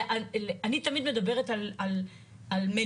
אני תמיד מדברת על מניעה,